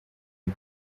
bwe